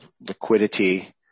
liquidity